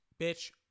bitch